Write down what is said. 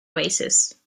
oasis